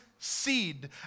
seed